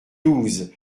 douze